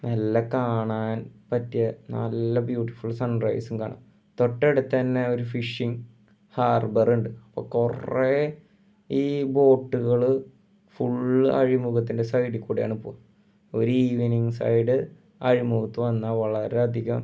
നല്ല കാണാൻ പറ്റിയ നല്ല ബ്യൂട്ടിഫുൾ സൺ റൈസും കാണാം തൊട്ടടുത്ത് തന്നെ ഒരു ഫിഷിങ് ഹാർബറുണ്ട് അപ്പം കുറേ ഈ ബോട്ടുകൾ ഫുള്ള് അഴിമുഖത്തിൻ്റെ സൈഡിൽക്കൂടെയാണ് പോവുക ഒരു ഈവനിങ് സൈഡ് അഴിമുഖത്ത് വന്നാൽ വളരെ അധികം